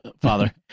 father